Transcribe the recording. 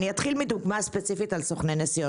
אני אתחיל מדוגמה ספציפית של סוכני נסיעות.